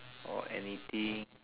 or anything